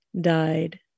died